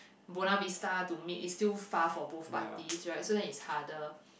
Buona-Vista to meet it's still far for both parties right so then it's harder